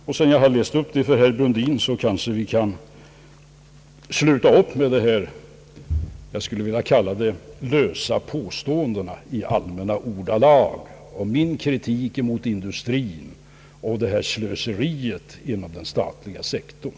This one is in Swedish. Sedan jag nu läst upp detta för herr Brundin, kanske han kan sluta upp med vad jag skulle vilja kalla för lösa påståenden i allmänna ordalag om min kritik mot industrin liksom också om slöseriet inom den statliga sektorn.